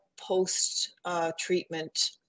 post-treatment